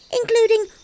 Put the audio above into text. including